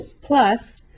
plus